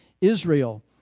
Israel